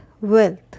wealth